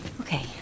okay